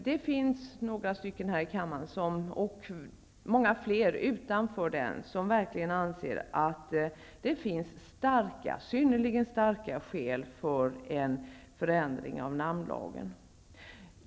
Det finns några här i kammaren och många fler utanför kammaren som verkligen anser att det finns synnerligen starka skäl för en förändring av namnlagen.